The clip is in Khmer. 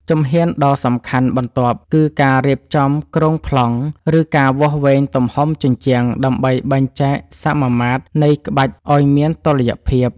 ជំហានដ៏សំខាន់បន្ទាប់គឺការរៀបចំគ្រោងប្លង់ ឬការវាស់វែងទំហំជញ្ជាំង ដើម្បីបែងចែកសមាមាត្រនៃក្បាច់ឱ្យមានតុល្យភាព។